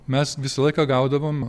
mes visą laiką gaudavom